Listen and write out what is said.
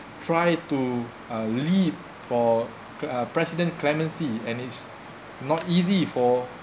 try to uh plead for uh president clemency and it is not easy for